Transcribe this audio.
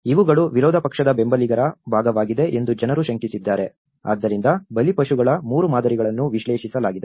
ಇವುಗಳು ವಿರೋಧ ಪಕ್ಷದ ಬೆಂಬಲಿಗರ ಭಾಗವಾಗಿದೆ ಎಂದು ಜನರು ಶಂಕಿಸಿದ್ದಾರೆ ಆದ್ದರಿಂದ ಬಲಿಪಶುಗಳ 3 ಮಾದರಿಗಳನ್ನು ವಿಶ್ಲೇಷಿಸಲಾಗಿದೆ